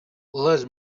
les